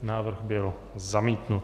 Návrh byl zamítnut.